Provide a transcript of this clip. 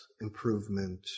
improvement